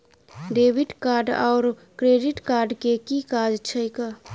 Debit card आओर credit card केँ की काज छैक?